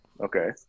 okay